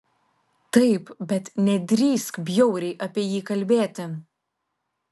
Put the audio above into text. taip bet nedrįsk bjauriai apie jį kalbėti